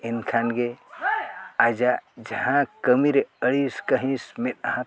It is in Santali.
ᱮᱱᱠᱷᱟᱱ ᱜᱮ ᱟᱡᱟᱜ ᱡᱟᱦᱟᱸ ᱠᱟᱹᱢᱤᱨᱮ ᱟᱹᱲᱤᱥ ᱠᱟᱹᱦᱤᱥ ᱢᱮᱫᱦᱟ ᱛᱟᱭ